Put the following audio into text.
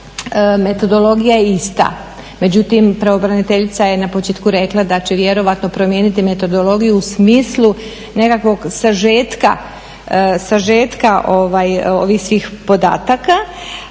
metodologija je ista, međutim pravobraniteljica je na početku rekla da će vjerojatno promijeniti metodologiju u smislu nekakvog sažetka ovih svih podataka.